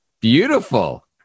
Beautiful